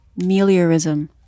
meliorism